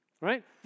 Right